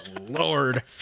Lord